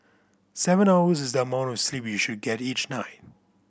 seven hours is the amount of sleep you should get each night